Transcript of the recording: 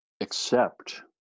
accept